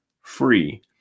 free